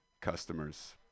customers